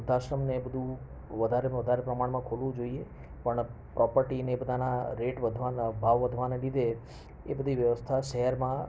વૃદ્ધાશ્રમ ને એ બધું વધારે ને વધારે પ્રમાણમાં ખોલવું જોઈએ પણ પ્રોપર્ટીને આ બધાના રેટ વધવાના ભાવ વધવાના લીધે એ બધી વ્યવસ્થા શહેરમાં